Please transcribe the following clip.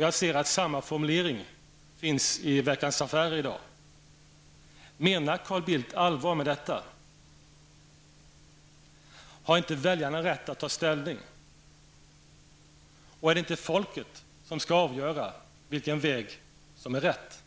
Jag ser att samma formulering finns i Veckans Affärer i dag. Menar Carl Bildt allvar med detta? Har inte väljarna rätt att ta ställning? Och är det inte folket som skall avgöra vilken väg som är rätt?